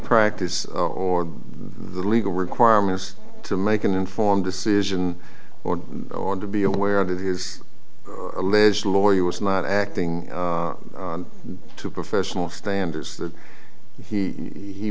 practice or the legal requirements to make an informed decision or or to be aware that is alleged lawyer was not acting to professional standards that he he